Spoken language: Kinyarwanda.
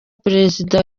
perezida